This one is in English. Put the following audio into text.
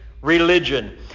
religion